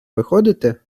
виходити